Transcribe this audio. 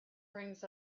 brings